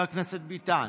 חבר הכנסת ביטן,